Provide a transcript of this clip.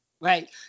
Right